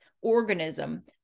organism